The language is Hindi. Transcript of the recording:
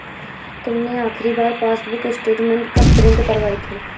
तुमने आखिरी बार पासबुक स्टेटमेंट कब प्रिन्ट करवाई थी?